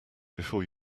before